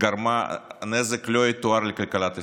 גרמה נזק לא יתואר לכלכלת ישראל.